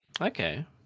Okay